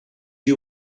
you